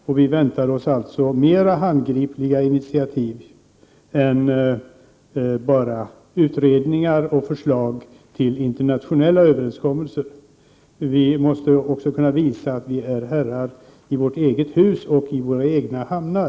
Miljöpartiet förväntar sig alltså mera handgripliga initiativ än bara utredningar och förslag till internationella överenskommelser. Vi måste i Sverige också kunna visa att vi är herrar i vårt eget hus och i våra egna hamnar.